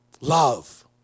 Love